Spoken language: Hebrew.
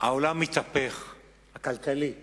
העולם הכלכלי מתהפך,